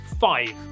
five